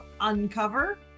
Uncover